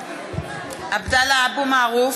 (קוראת בשמות חברי הכנסת) עבדאללה אבו מערוף,